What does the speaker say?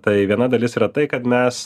tai viena dalis yra tai kad mes